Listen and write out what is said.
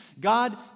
God